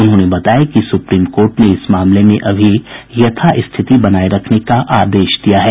उन्होंने बताया कि सुप्रीम कोर्ट ने इस मामले में अभी यथास्थिति बनाये रखने का आदेश दिया है